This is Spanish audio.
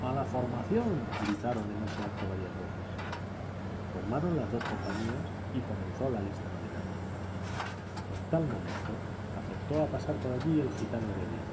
la formación gritaron en este acto varias voces formaron las dos compañías y comenzó la lista nominal en tal momento acertó a pasar por allí el gitano heredia